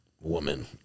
woman